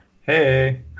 Hey